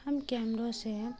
ہم کیمروں سے